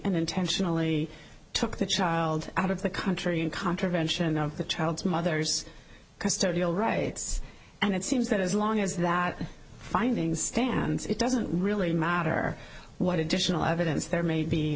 and intentionally took the child out of the country in contravention of the child's mother's custodial rights and it seems that as long as that finding stands it doesn't really matter what additional evidence there may be